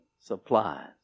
supplies